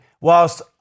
whilst